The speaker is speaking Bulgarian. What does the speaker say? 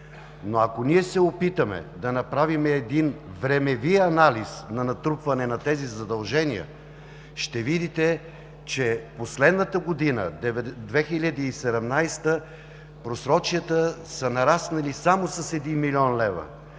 но ако ние се опитаме да направим един времеви анализ на натрупване на тези задължения, ще видите, че последната година – 2017, просрочията са нараснали само с 1 млн. лв.